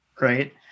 Right